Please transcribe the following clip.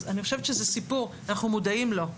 זה סיפור שאנחנו מודעים לו.